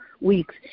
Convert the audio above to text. weeks